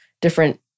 different